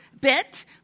bit